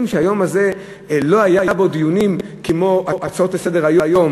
שביום הזה לא יהיו דיונים כמו הצעות לסדר-היום